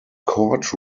court